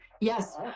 Yes